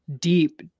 deep